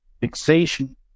fixation